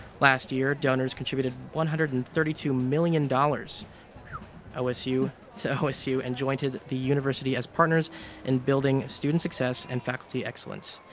last year, donors contributed one hundred and thirty two million dollars to osu and jointed the university as partners in building student success and faculty excellence.